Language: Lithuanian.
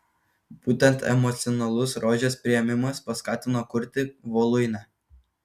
būtent emocionalus rožės priėmimas paskatino kurti voluinę